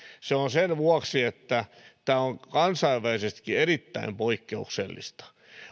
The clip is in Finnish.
sen vuoksi että tämä on kansainvälisestikin erittäin poikkeuksellista